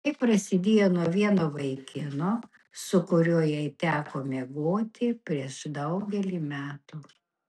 tai prasidėjo nuo vieno vaikino su kuriuo jai teko miegoti prieš daugelį metų